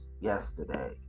yesterday